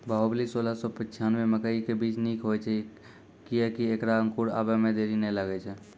बाहुबली सोलह सौ पिच्छान्यबे मकई के बीज निक होई छै किये की ऐकरा अंकुर आबै मे देरी नैय लागै छै?